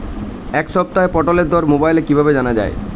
এই সপ্তাহের পটলের দর মোবাইলে কিভাবে জানা যায়?